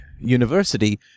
university